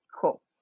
Cool